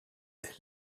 elle